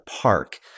park